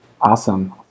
Awesome